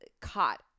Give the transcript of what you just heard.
caught